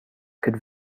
could